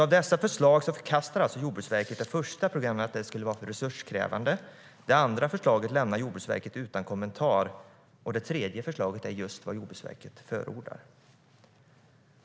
Av dessa förslag förkastar alltså Jordbruksverket det första på grund av att det skulle vara för resurskrävande. Det andra förslaget lämnar Jordbruksverket utan kommentar. Det tredje förslaget är just vad Jordbruksverket förordar.